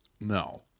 No